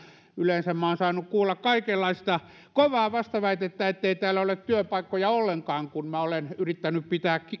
yleensä minä olen saanut kuulla kaikenlaista kovaa vastaväitettä ettei täällä ole työpaikkoja ollenkaan kun minä olen yrittänyt pitää